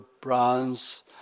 bronze